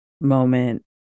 moment